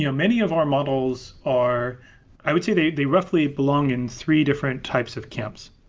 you know many of our models are i would say they they roughly belong in three different types of camps.